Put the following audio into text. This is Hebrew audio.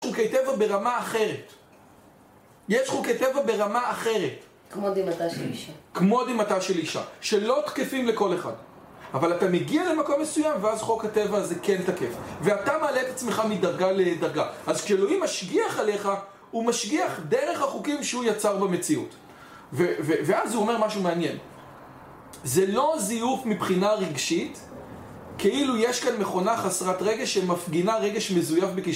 יש חוקי טבע ברמה אחרת. יש חוקי טבע ברמה אחרת. כמו דמעתה של אישה. כמו דמעתה של אישה, שלא תקפים לכל אחד. אבל אתה מגיע למקום מסוים ואז חוק הטבע הזה כן תקף. ואתה מעלה את עצמך מדרגה לדרגה. אז כשאלוהים משגיח עליך, הוא משגיח דרך החוקים שהוא יצר במציאות. ו.. ו.. ואז הוא אומר משהו מעניין. זה לא זיוף מבחינה רגשית, כאילו יש כאן מכונה חסרת רגש שמפגינה רגש מזויף בקש...